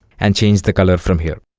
and change the color from here